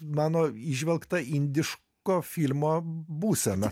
mano įžvelgta indiško filmo būsena